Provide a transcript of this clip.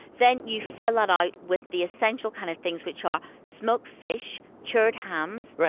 then you fill it out with the essential kind of things, which are smoked fish, cured hams,